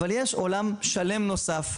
אבל יש עולם שלם נוסף,